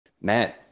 Man